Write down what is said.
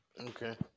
Okay